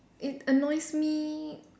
it annoys me